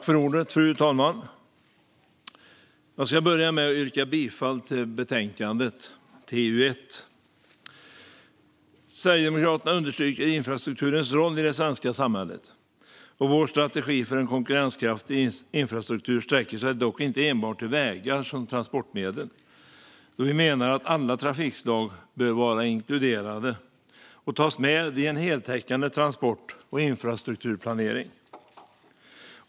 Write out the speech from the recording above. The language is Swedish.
Fru talman! Jag ska börja med att yrka bifall till utskottets förslag i betänkande TU1. Sverigedemokraterna understryker infrastrukturens roll i det svenska samhället. Vår strategi för en konkurrenskraftig infrastruktur sträcker sig dock inte enbart till vägar som transportmedel. Vi menar att alla trafikslag bör vara inkluderade och tas med i en heltäckande transport och infrastrukturplanering.